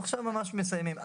אנחנו עכשיו ממש מסיימים.